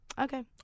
Okay